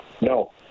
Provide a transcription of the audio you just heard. No